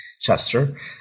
Chester